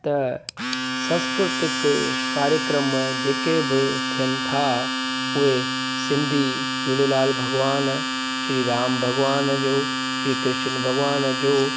त संस्कृतिक कार्यक्रम जेके बि थियनि था उहे सिंधी झूलेलाल भॻवान श्री राम भॻवान जो श्री कृष्ण भॻवान जो